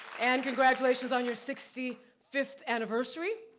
and congratulations on your sixty fifth anniversary.